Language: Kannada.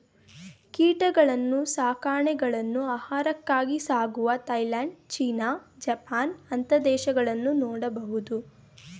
ಕೀಟಗಳನ್ನ್ನು ಸಾಕಾಣೆಗಳನ್ನು ಆಹಾರಕ್ಕಾಗಿ ಸಾಕುವ ಥಾಯಲ್ಯಾಂಡ್, ಚೀನಾ, ಜಪಾನ್ ಅಂತ ದೇಶಗಳನ್ನು ನೋಡಬಹುದು